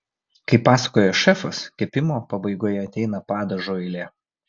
kaip pasakoja šefas kepimo pabaigoje ateina padažo eilė